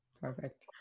Perfect